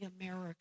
America